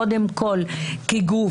קודם כול כגוף,